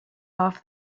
half